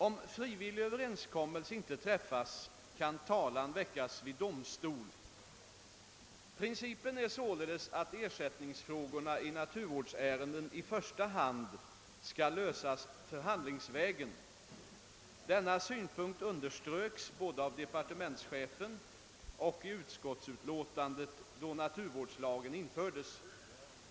Om frivillig överenskommelse inte träffas kan talan väckas vid domstol. Principen är således att ersättningsfrågorna i naturvårdsärenden i första hand skall lösas förhandlingsvägen. Denna synpunkt underströks bå de av departementschefen och i utskottsutlåtandet då naturvårdslagen infördes.